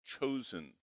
chosen